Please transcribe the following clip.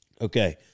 Okay